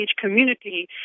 community